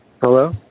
Hello